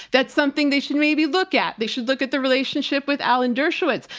that's something they should maybe look at. they should look at the relationship with alan dershowitz.